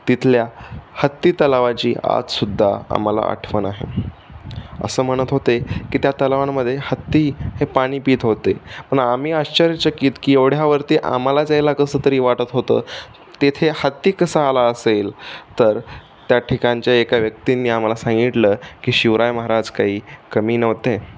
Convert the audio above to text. तिथल्या हत्तीतलावाची आज सुद्धा आम्हाला आठवण आहे असं म्हणत होते की त्या तलावांमध्ये हत्ती हे पाणी पीत होते पण आम्ही आश्चर्यचकित की एवढ्यावरती आम्हाला जायला कसं तरी वाटत होतं तेथे हत्ती कसा आला असेल तर त्या ठिकाणच्या एका व्यक्तीने आम्हाला सांगितलं की शिवराय महाराज काही कमी नव्हते